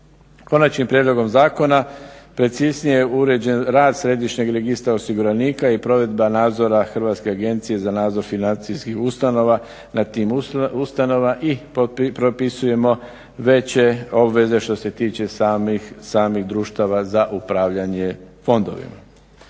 Konačnim prijedlogom zakona preciznije je uređen rad Središnjeg registra osiguranika i provedba nadzora Hrvatske agencije za nadzor financijskih ustanova na tim ustanovama i propisujemo veće obveze što se tiče samih društava za upravljanje fondovima.